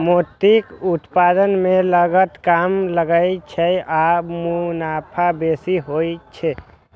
मोतीक उत्पादन मे लागत कम लागै छै आ मुनाफा बेसी होइ छै